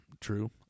True